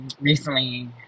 recently